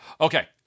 Okay